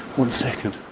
one second.